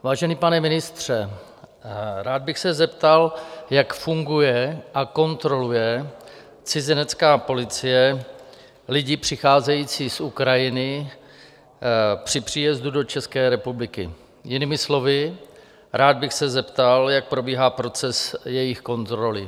Vážený pane ministře, rád bych se zeptal, jak funguje a kontroluje cizinecká policie lidi přicházející z Ukrajiny při příjezdu do České republiky, jinými slovy, rád bych se zeptal, jak probíhá proces jejich kontroly.